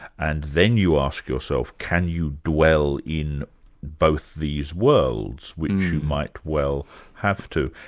and then you ask yourself can you dwell in both these worlds, which you might well have to.